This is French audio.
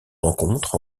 rencontre